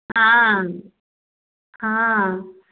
हाँ हाँ